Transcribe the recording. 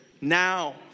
now